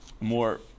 more